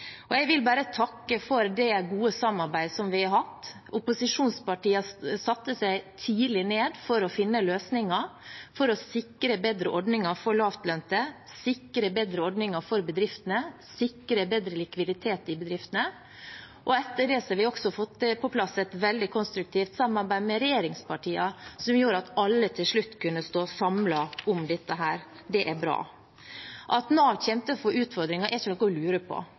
Jeg vil bare takke for det gode samarbeidet vi har hatt. Opposisjonspartiene satte seg tidlig ned for å finne løsninger for å sikre bedre ordninger for lavtlønte, sikre bedre ordninger for bedriftene, sikre bedre likviditet i bedriftene. Etter det har vi også fått på plass et veldig konstruktivt samarbeid med regjeringspartiene, som gjorde at alle til slutt kunne stå samlet om dette. Det er bra. At Nav kommer til å få utfordringer, er ikke noe å lure på.